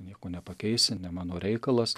nieko nepakeisi ne mano reikalas